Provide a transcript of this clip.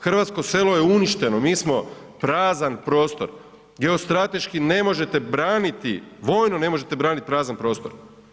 Hrvatsko selo je uništeno, mi smo prazan prostor. geostrateški ne možete braniti, voljno ne možete braniti prazan prostor.